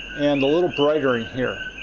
and a little brighter in here.